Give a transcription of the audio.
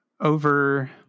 over